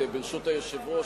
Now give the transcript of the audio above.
ברשות היושב-ראש,